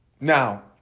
Now